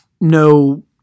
no